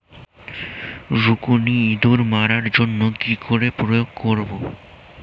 রুকুনি ইঁদুর মারার জন্য কি করে প্রয়োগ করব?